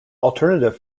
alternative